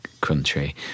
country